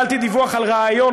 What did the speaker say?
על ריאיון,